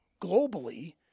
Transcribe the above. globally